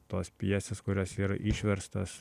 tos pjesės kurios yra išverstos